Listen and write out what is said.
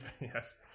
Yes